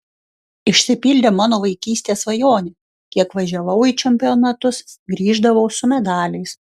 išsipildė mano vaikystės svajonė kiek važiavau į čempionatus grįždavau su medaliais